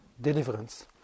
deliverance